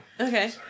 okay